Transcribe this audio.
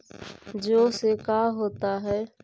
जौ से का होता है?